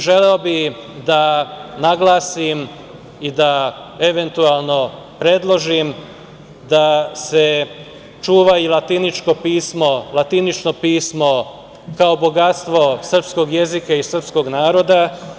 Želeo bi da naglasim i da, eventualno predložim da se čuva i latiničko pismo kao bogatstvo srpskog jezika i srpskog naroda.